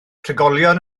trigolion